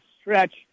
stretch